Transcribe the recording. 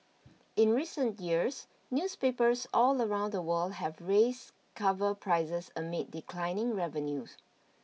in recent years newspapers all around the world have raised cover prices amid declining revenues